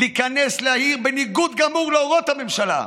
להיכנס לעיר בניגוד גמור להוראות הממשלה?